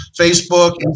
Facebook